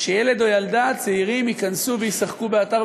שילד או ילדה צעירים ייכנסו וישחקו באתר,